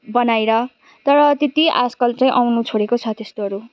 बनाएर तर त्यत्ति आजकल चाहिँ आउनु छोडेको छ त्यस्तोहरू